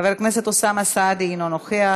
חבר הכנסת אוסאמה סעדי, אינו נוכח.